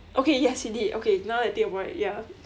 okay yes he did okay now I think about it ya